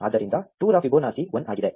ಆದ್ದರಿಂದ 2 ರ ಫಿಬೊನಾಸಿ 1 ಆಗಿದೆ